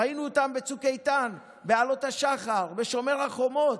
ראינו אותם בצוק איתן, בעלות השחר, בשומר החומות,